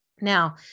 Now